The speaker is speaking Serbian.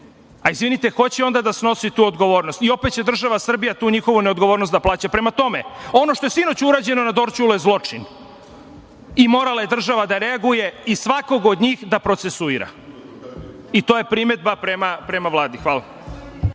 Izvinite, ko će onda da snosi tu odgovornost? Opet će država Srbija tu njihovu neodgovornost da plaća. Prema tome, ono što je sinoć urađeno na Dorćolu je zločin i morala je država da reaguje i da svakog od njih procesuira. To je primedba prema Vladi. Hvala.